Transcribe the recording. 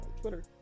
twitter